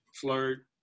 flirt